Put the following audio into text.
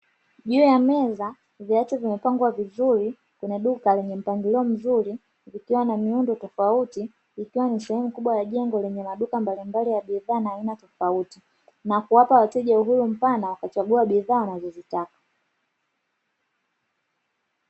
Juu ya meza viatu vimepangwa vizuri vikiwa na miundo tofauti, ikiwa ni sehemu kubwa ya jengo lenye maduka mbalimbali ya bidhaa na aina tofauti na kuwapa wateja uwanda mpana wa kuchagua bidhaa wanazozitaka.